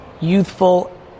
youthful